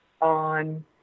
on